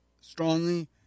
strongly